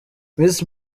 miss